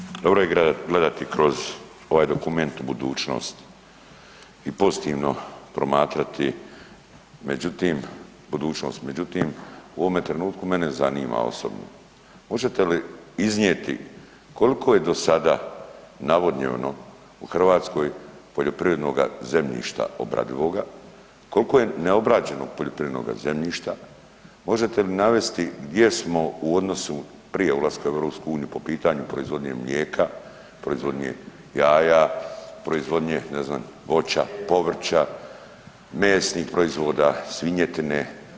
Ministrice dobro je gledati kroz ovaj dokument u budućnost i pozitivno promatrati, međutim budućnost, međutim u ovome trenutku mene zanima osobno možete li iznijeti koliko je do sada navodnjeno u Hrvatskoj poljoprivrednoga zemljišta obradivoga, koliko je neobrađenog poljoprivrednog zemljišta, možete li mi navesti gdje smo u odnosu prije ulaska u EU po pitanju proizvodnje mlijeka, proizvodnje jaja, proizvodnje ne znam voća, povrća, mesnih proizvoda, svinjetine.